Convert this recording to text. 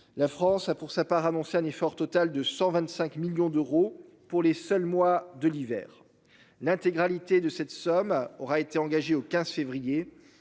La France a pour sa part annoncé un effort total de 125 millions d'euros pour les seuls mois de l'hiver. L'intégralité de cette somme aura été engagées au 15 février,